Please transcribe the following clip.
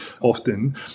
often